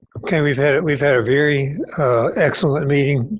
ok. we've had and we've had a very excellent meeting.